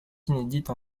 inédites